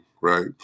right